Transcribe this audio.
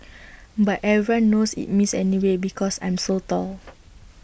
but everyone knows it's me anyways because I'm so tall